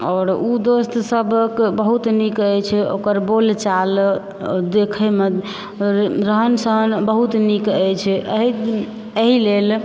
आओर ओ दोस्तसभक बहुत नीक अछि ओकर बोलचाल देखयमे रहन सहन बहुत नीक अछि एहि एहिलेल